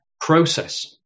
process